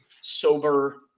sober